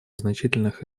значительных